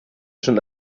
schon